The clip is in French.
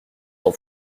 s’en